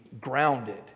grounded